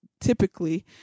typically